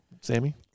Sammy